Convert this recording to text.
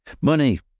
Money